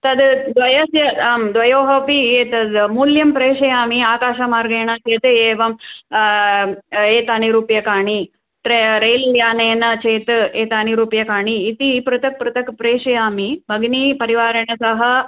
तद् द्वयस्य आं द्वयोः अपि एतत् मूल्यं प्रेषयामि आकाशमार्गेण कृते एवं एतानि रूप्यकाणि ट्रे रैल्यानेन चेत् एतानि रूप्यकाणि इति पृथक् पृथक् प्रेषयामि भगिनि परिवारेण सह